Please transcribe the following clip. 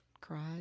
cried